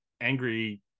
angry